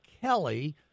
Kelly